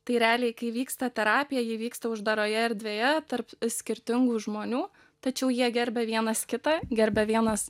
tai realiai kai vyksta terapija ji vyksta uždaroje erdvėje tarp skirtingų žmonių tačiau jie gerbia vienas kitą gerbia vienas